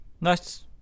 Nice